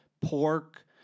pork